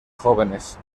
jóvenes